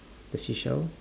the seashells